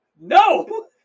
No